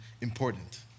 important